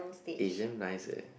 eh it's damn nice eh